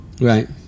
Right